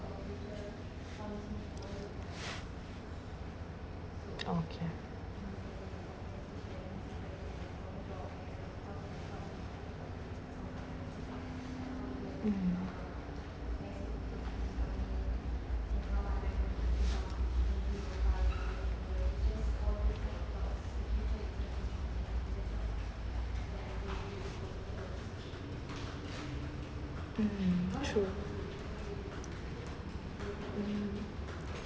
okay mm hmm true